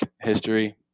history